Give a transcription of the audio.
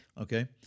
okay